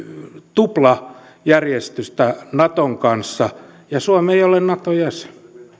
tuplajärjestystä naton kanssa ja suomi ei ei ole naton jäsen